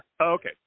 okay